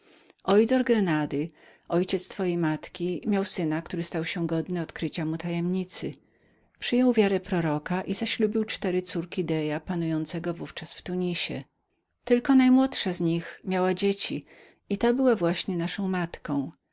krewnym oidor grenady ojciec twojej matki miał syna który stał się godnym odkrycia mu tajemnicy przyjął wiarę proroka i zaślubił cztery córki deja panującego w ówczas w tunis najmłodsza z nich miała tylko dzieci i ta była właśnie naszą matką